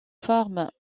forme